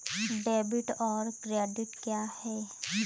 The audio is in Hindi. डेबिट और क्रेडिट क्या है?